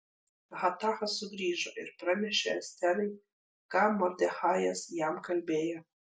hatachas sugrįžo ir pranešė esterai ką mordechajas jam kalbėjo